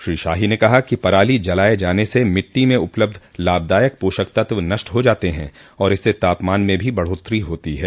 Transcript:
श्री शाही ने कहा कि पराली जलाये जाने से मिट्टी में उपलब्ध लाभदायक पोषक तत्व नष्ट हो जाते हैं और इससे तापमान में भी बढ़ोत्तरी होती है